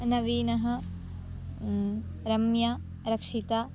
नवीनः रम्या रक्षिता